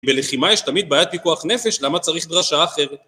בלחימה יש תמיד בעיית פיקוח נפש, למה צריך דרשה אחרת?